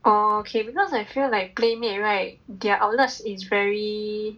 oh okay because I feel like Playmade right their outlets is very